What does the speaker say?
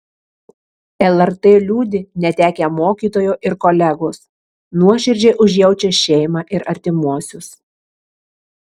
lrt liūdi netekę mokytojo ir kolegos nuoširdžiai užjaučia šeimą ir artimuosius